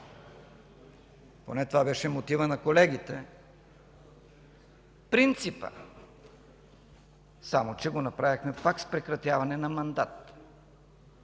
поне това беше мотивът на колегите, принципа, само че пак го направихме с прекратяване на мандат